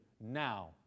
now